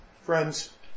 Friends